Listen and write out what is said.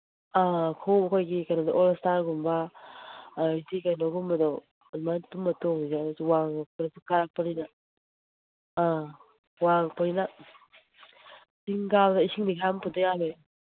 ꯑꯥ ꯈꯣꯡꯎꯞ ꯑꯩꯈꯣꯏꯒꯤ ꯑꯣꯜ ꯏꯁꯇꯥꯔꯒꯨꯝꯕ ꯑꯗꯩꯗꯤ ꯀꯩꯅꯣꯒꯨꯝꯕꯗꯣ ꯑꯗꯨꯃꯥꯏ ꯗꯨꯝꯕ ꯇꯣꯡꯁꯦ ꯑꯗꯨꯁꯨ ꯀꯥꯔꯛꯄꯅꯤꯅ ꯑ ꯋꯥꯡꯉꯛꯄꯅꯤꯅ ꯆꯤꯡ ꯀꯥꯕꯗ ꯏꯁꯤꯡꯗꯤ ꯈꯔ ꯌꯥꯝ ꯄꯨꯗ ꯌꯥꯔꯣꯏꯍꯦ